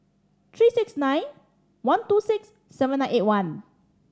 three six nine one two six seven nine eight one